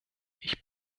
ich